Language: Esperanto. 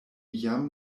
jam